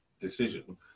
decision